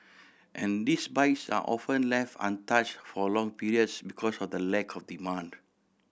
and these bikes are often left untouched for long periods because of the lack of demand